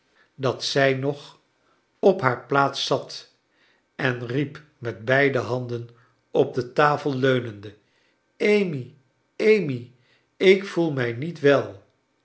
dat zij nog op haar plaats zat en riep met beide handen op de tafel leunende amy amy ik voel mij niet wel